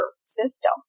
system